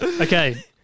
okay